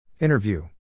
Interview